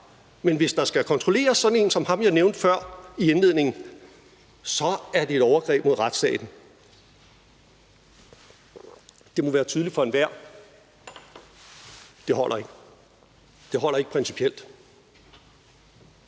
Men hvis sådan en som ham, som jeg nævnte før, skal kontrolleres, er det et overgreb mod retsstaten. Det må være tydeligt for enhver, at det ikke holder. Det holder ikke principielt.